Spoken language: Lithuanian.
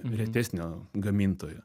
retesnio gamintojo